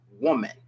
woman